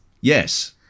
Yes